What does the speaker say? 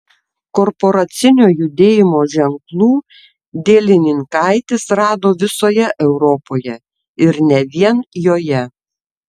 korporacinio judėjimo ženklų dielininkaitis rado visoje europoje ir ne vien joje